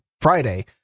Friday